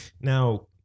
now